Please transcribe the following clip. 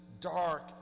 dark